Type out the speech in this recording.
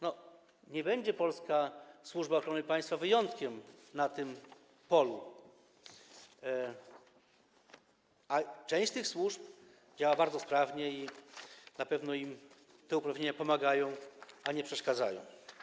Nie będzie polska Służba Ochrony Państwa wyjątkiem na tym polu, a część z tych służb działa bardzo sprawnie i na pewno im te uprawnienia pomagają, a nie przeszkadzają.